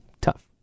Tough